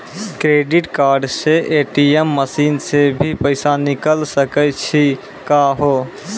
Credit card से ATM machine से भी पैसा निकल सकै छि का हो?